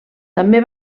també